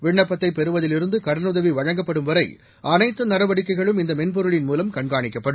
விண்ணப்பத்தை பெறுவதிலிருந்து கடனுதவி வழங்கப்படும் வரை அனைத்து நடவடிக்கைகளும் இந்த மென்பொருளின் மூலம் கண்காணிக்கப்படும்